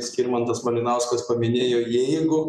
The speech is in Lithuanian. skirmantas malinauskas paminėjo jeigu